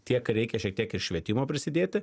tiek reikia šiek tiek ir švietimo prisidėti